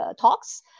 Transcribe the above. talks